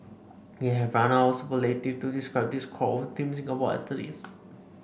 we have run out of superlatives to describe this crop of Team Singapore athletes